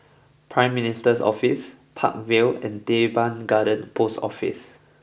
Prime Minister's Office Park Vale and Teban Garden Post Office